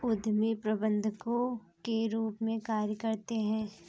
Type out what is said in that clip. उद्यमी प्रबंधकों के रूप में कार्य करते हैं